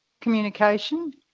communication